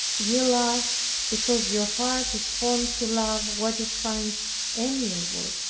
ye love because your heart is formed to love what it finds amiable.